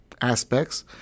aspects